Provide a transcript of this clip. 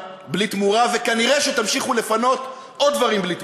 בלי לשקר לעצמכם ולציבור הבוחרים שלכם,